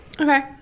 Okay